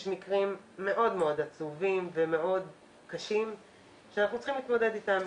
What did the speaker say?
יש מקרים מאוד מאוד עצובים ומאוד קשים שאנחנו צריכים להתמודד אתם,